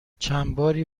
چندباری